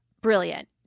Brilliant